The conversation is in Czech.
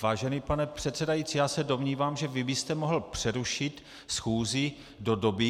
Vážený pane předsedající, já se domnívám, že vy byste mohl přerušit schůzi do doby.